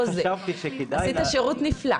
עשית שירות נפלא.